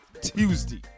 Tuesday